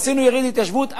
עשינו יריד התיישבות,